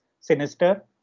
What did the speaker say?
sinister